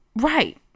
Right